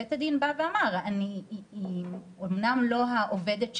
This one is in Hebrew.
בית הדין בא ואמר, היא אמנם לא העובדת שלך,